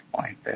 point